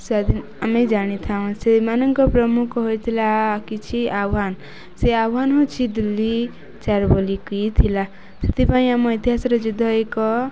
ସ୍ଵାଧୀନ ଆମେ ଜାଣିଥାଉ ସେମାନଙ୍କ ପ୍ରମୁଖ ହୋଇଥିଲା କିଛି ଆହ୍ୱାନ ସେ ଆହ୍ୱାନ ହେଉଛି ଦିଲ୍ଲୀ ଚଲୋ ବୋଲିକି ଥିଲା ସେଥିପାଇଁ ଆମ ଇତିହାସରେ ଯୁଦ୍ଧ ଏକ